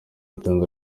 itangwa